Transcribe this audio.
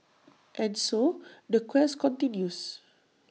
and so the quest continues